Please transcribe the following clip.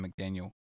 McDaniel